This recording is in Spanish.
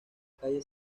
calle